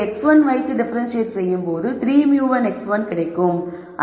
எனக்கு x1 வைத்து differentiate செய்யும் போது 3 μ 1 x1 கிடைக்கும்